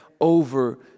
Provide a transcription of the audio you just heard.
over